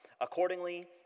Accordingly